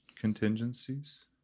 contingencies